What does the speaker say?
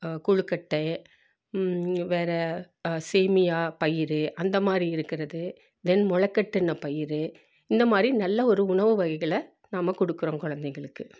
கொழுக்கட்டை வேறு சேமியா பயிறு அந்தமாதிரி இருக்கிறது தென் முளைக் கட்டின பயிறு இந்தமாதிரி நல்ல ஒரு உணவு வகைகளை நாம் கொடுக்குறோம் குழந்தைங்களுக்கு